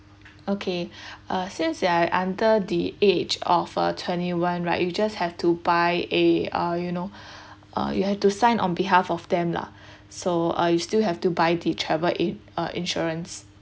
okay uh since you are under the age of a twenty one right you just have to buy a uh you know uh you have to sign on behalf of them lah so uh you still have to buy the travel in~ uh insurance